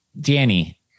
Danny